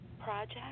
project